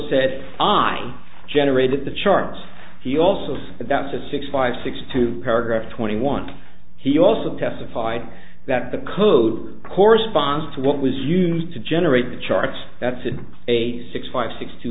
said i generated the charts he also says that's a six five six two paragraph twenty one he also testified that the code corresponds to what was used to generate the charts that said eighty six five six two